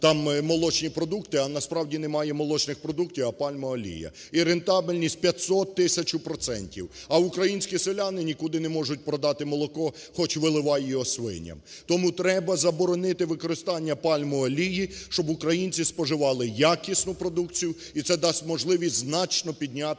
там "молочні продукти", а насправді немає молочних продуктів, а пальмова олія, і рентабельність 500 - тисяча процентів. А українські селяни нікуди не можуть продати молоко, хоч виливай його свиням. Тому треба заборонити використання пальмової олії, щоб українці споживали якісну продукцію і це дасть можливість значно підняти